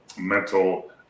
mental